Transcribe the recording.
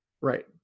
Right